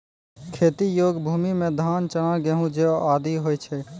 खेती योग्य भूमि म धान, चना, गेंहू, जौ आदि होय छै